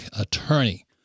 attorney